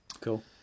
cool